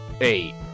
eight